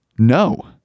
no